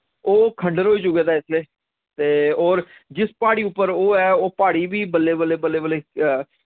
ओह् खण्डार होई चुके दा इसले ते और जिस पहाड़ी उप्पर ओ ऐ ओह् पहाड़ी वी बल्ले बल्ले बल्ले बल्ले